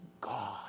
God